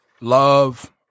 love